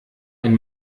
ein